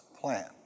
plan